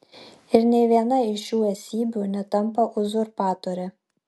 ir nė viena iš šių esybių netampa uzurpatore